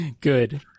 Good